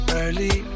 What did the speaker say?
early